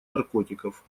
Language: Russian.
наркотиков